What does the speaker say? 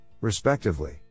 respectively